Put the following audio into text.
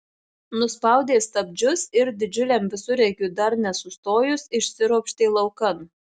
nuspaudė stabdžius ir didžiuliam visureigiui dar nesustojus išsiropštė laukan